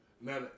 Now